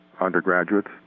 undergraduates